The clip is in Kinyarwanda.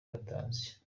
batazi